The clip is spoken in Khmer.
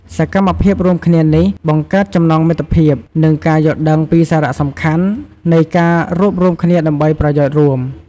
សកម្មភាពរួមគ្នានេះបង្កើតចំណងមិត្តភាព និងការយល់ដឹងពីសារៈសំខាន់នៃការរួបរួមគ្នាដើម្បីប្រយោជន៍រួម។